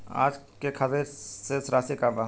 आज के खातिर शेष राशि का बा?